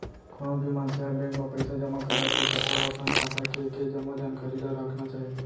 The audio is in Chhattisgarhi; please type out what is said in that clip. कोनो भी मनसे ह बेंक म पइसा जमा करत हे त ओला अपन खाता के के जम्मो जानकारी ल राखना चाही